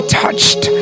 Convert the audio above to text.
touched